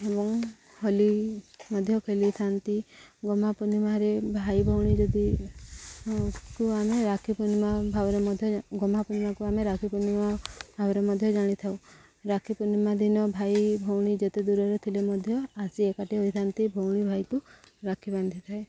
ଏବଂ ହୋଲି ମଧ୍ୟ ଖେଳିଥାନ୍ତି ଗହ୍ମାପୂର୍ଣ୍ଣିମାରେ ଭାଇ ଭଉଣୀ ଯଦିକୁ ଆମେ ରାକ୍ଷୀ ପୂର୍ଣ୍ଣିମା ଭାବରେ ମଧ୍ୟ ଗହ୍ମାପୂର୍ଣ୍ଣିମାକୁ ଆମେ ରାକ୍ଷୀ ପୂର୍ଣ୍ଣିମା ଭାବରେ ମଧ୍ୟ ଜାଣିଥାଉ ରାକ୍ଷୀ ପୂର୍ଣ୍ଣିମା ଦିନ ଭାଇ ଭଉଣୀ ଯେତେ ଦୂରରେ ଥିଲେ ମଧ୍ୟ ଆସି ଏକାଠି ହୋଇଥାନ୍ତି ଭଉଣୀ ଭାଇକୁ ରାକ୍ଷୀ ବାନ୍ଧିଥାଏ